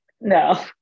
no